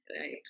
Right